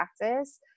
practice